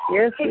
Yes